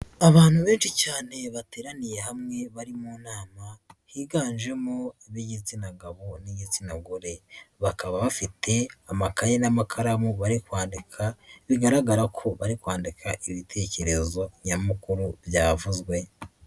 Abantu benshi cyane bateraniye hamwe bari mu nama, higanjemo ab'igitsina gabo n'igitsina gore. Bakaba bafite amakaye n'amakaramu bari kwandika, bigaragara ko bari kwandika ibitekerezo nyamukuru byavuzwe.